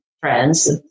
friends